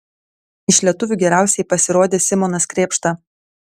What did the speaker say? iš lietuvių geriausiai pasirodė simonas krėpšta